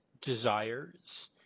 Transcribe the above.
desires